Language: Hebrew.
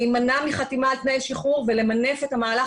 להימנע מחתימה על תנאי שחרור ולמנף את המהלך